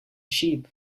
sheep